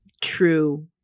true